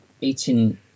eating